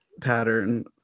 pattern